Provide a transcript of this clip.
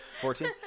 Fourteen